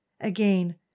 Again